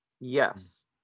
Yes